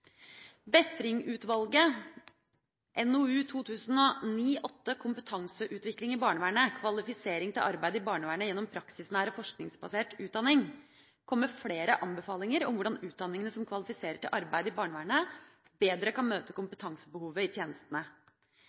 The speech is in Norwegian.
NOU 2009: 8, Kompetanseutvikling i barnevernet. Kvalifisering til arbeid i barnevernet gjennom praksisnær og forskningsbasert utdanning – kom med flere anbefalinger om hvordan utdanningene som kvalifiserer til arbeid i barnevernet, bedre kan møte kompetansebehovet i tjenestene.